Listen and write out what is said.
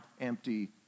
empty